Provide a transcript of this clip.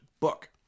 book